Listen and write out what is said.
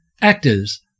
Actors